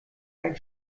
ein